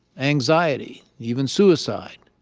anxiety, even suicide.